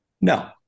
No